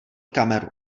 kameru